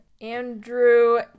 Andrew